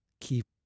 keep